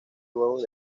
huevos